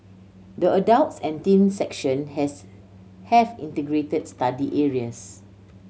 the adults and teens section has have integrated study areas